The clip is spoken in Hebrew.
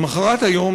למחרת היום,